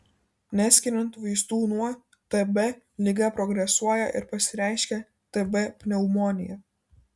neskiriant vaistų nuo tb liga progresuoja ir pasireiškia tb pneumonija